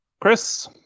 Chris